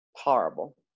Horrible